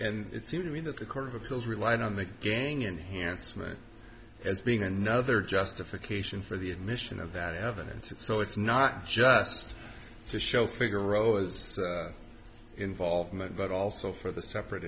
and it seemed to me that the court of appeals relied on the gang enhanced as being another justification for the admission of that evidence so it's not just to show figaro's involvement but also for the separate